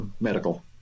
medical